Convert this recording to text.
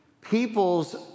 people's